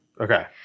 Okay